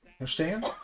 understand